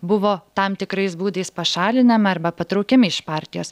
buvo tam tikrais būdais pašalinama arba patraukiami iš partijos